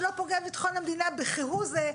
זה לא פוגע בביטחון המדינה בכהוא זה.